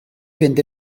fynd